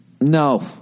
no